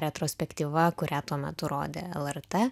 retrospektyva kurią tuo metu rodė lrt